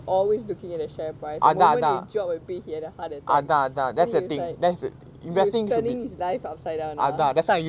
always looking at the share price the moment it drop a bit he'll have a heart attack that it's like it's like turning his life upside down ah